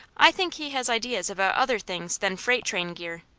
i think he has ideas about other things than freight train gear.